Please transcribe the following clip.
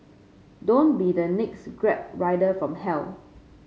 don't be the next Grab rider from hell